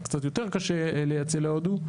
קצת יותר קשה לייצא להודו,